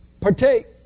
Partake